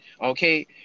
okay